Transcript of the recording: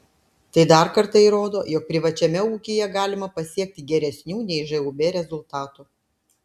tai dar kartą įrodo jog privačiame ūkyje galima pasiekti geresnių nei žūb rezultatų